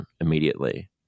immediately